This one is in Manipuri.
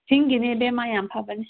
ꯆꯤꯡꯒꯤꯅꯦ ꯏꯕꯦꯝꯃ ꯌꯥꯝ ꯍꯥꯎꯕꯅꯦ